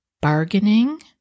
bargaining